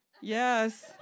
Yes